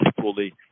fully